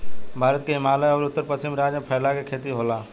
भारत के हिमालय अउर उत्तर पश्चिम राज्य में फैला के खेती होला